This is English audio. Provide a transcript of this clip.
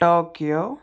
Tokyo